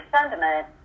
sentiment